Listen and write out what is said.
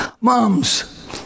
Moms